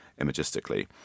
imagistically